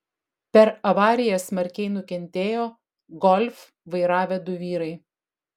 per avariją smarkiai nukentėjo golf važiavę du vyrai